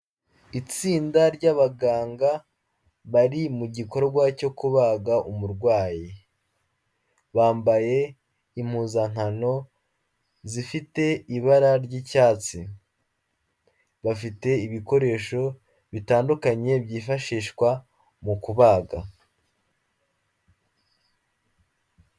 Itsinda ry'abaganga bari mu gikorwa cyo kubaga umurwayi, bambaye impuzankano zifite ibara ry'icyatsi, bafite ibikoresho bitandukanye byifashishwa mu kubaga.